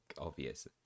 obvious